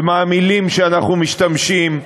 ומה המילים שאנחנו משתמשים,